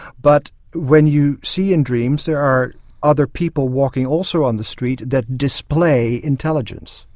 but when you see in dreams there are other people walking also on the street that display intelligence.